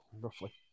roughly